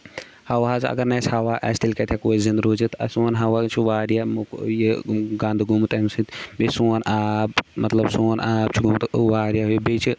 ہوا اَگر نہٕ اَسہِ ہوا آسہِ تیلہِ کَتہِ ہٮ۪کو أسۍ زنٛدٕ روٗزِتھ سون ہوا حظ چھُ واریاہ یہِ گنٛدٕ گوٚومُت اَمہِ سۭتۍ بیٚیہِ سون آب مطلب سون آب چھُ گوٚومُت واریاہ بیٚیہِ چھِ